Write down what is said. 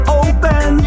open